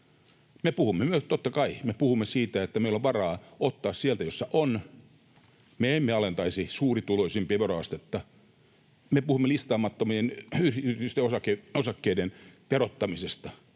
Me puhumme myös totta kai siitä, että meillä on varaa ottaa sieltä, missä on. Me emme alentaisi suurituloisimpien veroastetta. Me puhumme listaamattomien yritysten osakkeiden verottamisesta,